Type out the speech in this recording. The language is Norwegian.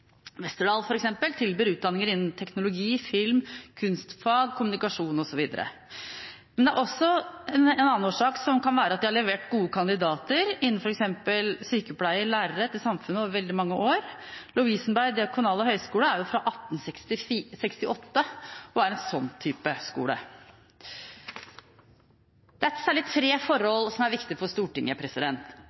tilbyr f.eks. utdanninger innen teknologi, film, kunstfag, kommunikasjon osv. Men en annen årsak kan også være at de har levert gode kandidater innen f.eks. sykepleie og lærere til samfunnet over veldig mange år. Lovisenberg diakonale høgskole er fra 1868 og er en slik type skole. Det er særlig tre forhold som er viktige for Stortinget: